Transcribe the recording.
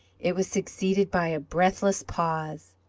it was succeeded by a breathless pause,